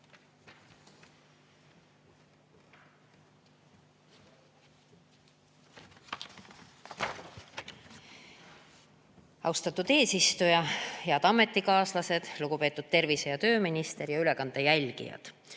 Austatud eesistuja! Head ametikaaslased! Lugupeetud tervise- ja tööminister ja ülekande jälgijad!